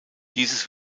dieses